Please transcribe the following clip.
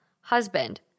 husband